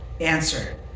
answer